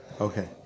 Okay